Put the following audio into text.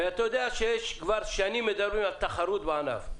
אתה יודע שכבר שנים מדברים על תחרות בענף,